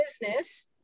business